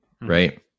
right